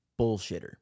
bullshitter